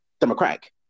democratic